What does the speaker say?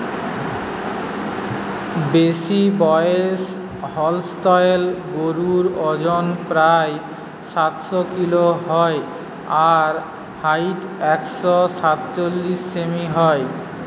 বেশিবয়সের Holstein গরুর অজন প্রায় সাতশ কিলো হয় আর হাইট একশ সাতচল্লিশ সেমি হয়